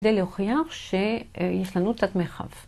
כדי להוכיח שיש לנו את תת-מרחב